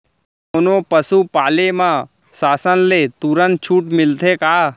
कोनो पसु पाले म शासन ले तुरंत छूट मिलथे का?